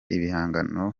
ibihangano